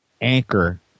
anchor